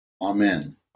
Amen